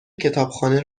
کتابخانه